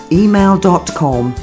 email.com